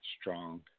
strong